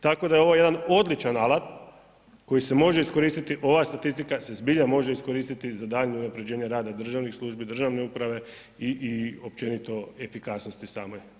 Tako da je ovo jedan odličan alat koji se može iskoristiti, ova statistika se zbilja može iskoristiti za daljnje unaprjeđenje rada državnih službi, državne uprave i općenito efikasnosti same države.